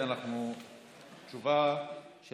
נעביר את